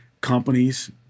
companies